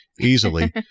easily